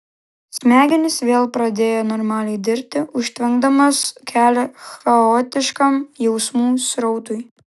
smegenys vėl pradėjo normaliai dirbti užtvenkdamos kelią chaotiškam jausmų srautui